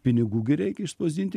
pinigų gi reikia išspausdinti